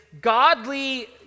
godly